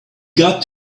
got